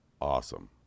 awesome